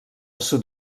sud